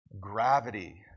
gravity